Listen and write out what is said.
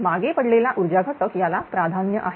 मागे पडलेला ऊर्जा घटक याला प्राधान्य आहे